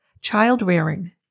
Child-rearing